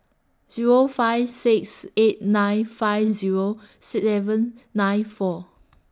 Zero five six eight nine five Zero seven nine four